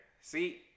See